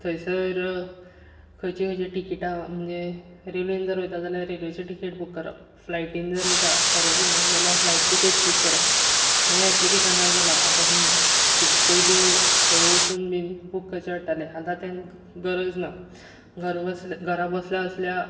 थंयसर खंयचीं खंयचीं टिकेटां म्हणजे रेल्वेन जर वयता जाल्या रेल्वेची टिकेट बूक करप फ्लायटीन जर वयता एरोप्लेनान जाल्या फ्लायट टिकेट्स बूक करप हें एप्लिकेशनार जालां आतां तुमकां खूब पयलीं खंय वचून बीन बूक करचें पडटालें आतां तें गरज ना घर बसल्या घरा बसल्या असल्या